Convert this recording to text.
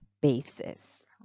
basis